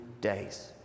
days